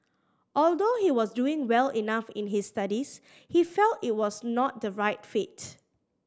although he was doing well enough in his studies he felt it was not the right fit